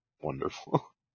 Wonderful